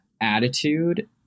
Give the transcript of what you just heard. attitude